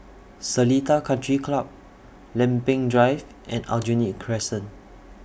Seletar Country Club Lempeng Drive and Aljunied Crescent